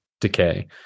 decay